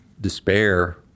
despair